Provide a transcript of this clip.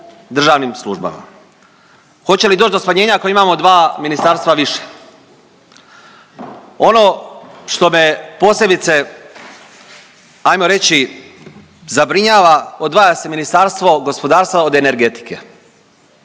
državnim službama. Hoće li doć do smanjenja ako imamo dva ministarstva više? Ono što me posebice ajmo reći zabrinjava, odvaja se Ministarstvo gospodarstva od energetike.